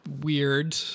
weird